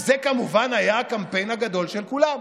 וזה כמובן היה הקמפיין הגדול של כולם,